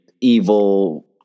evil